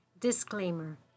Disclaimer